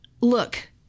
Look